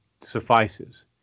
suffices